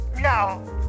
no